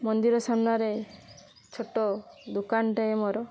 ମନ୍ଦିର ସାମ୍ନାରେ ଛୋଟ ଦୋକାନଟାଏ ମୋର